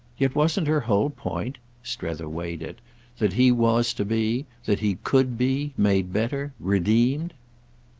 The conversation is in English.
yet wasn't her whole point strether weighed it that he was to be, that he could be, made better, redeemed?